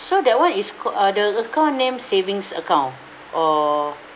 so that one is called uh the account named savings account or